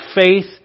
faith